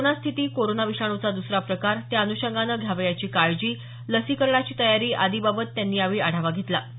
corona स्थिती corona विषाणूचा दुसरा प्रकार त्याअनुषंगाने घ्यावयाची काळजी लसीकरणाची तयारी आदीबाबत त्यांनी यावेळी आढावा घेतला